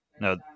No